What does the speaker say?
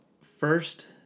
first